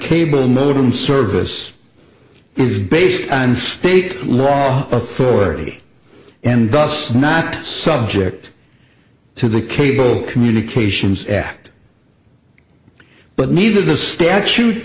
cable modem service is based on state law authority and thus not subject to the cable communications act but neither the statute